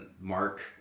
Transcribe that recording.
Mark